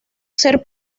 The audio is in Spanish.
ser